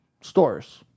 stores